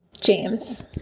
James